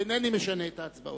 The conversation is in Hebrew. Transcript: אינני משנה את ההצבעות.